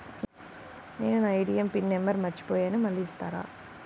నేను నా ATM PIN number మర్చిపోయాను మళ్ళీ ఇస్తారా?